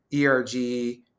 ERG